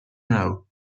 now